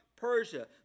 Persia